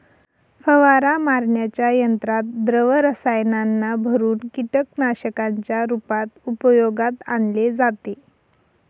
फवारा मारण्याच्या यंत्रात द्रव रसायनांना भरुन कीटकनाशकांच्या रूपात उपयोगात आणले जाते